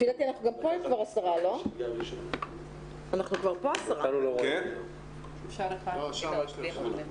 התחלנו מזה שנסגרו השמיים והכניסה לישראל.